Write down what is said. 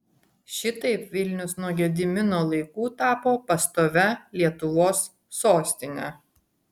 šitaip vilnius nuo gedimino laikų tapo pastovia lietuvos sostine